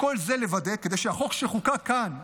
וכל זה כדי לוודא שהחוק שחוקק כאן,